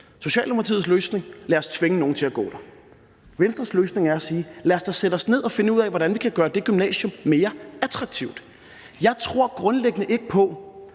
Socialdemokratiets løsning er: Lad os tvinge nogen til at gå der. Venstres løsning er at sige: Lad os da sætte os ned og finde ud af, hvordan vi kan gøre det gymnasium mere attraktivt. Jeg tror grundlæggende ikke på,